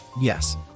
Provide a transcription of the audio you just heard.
Yes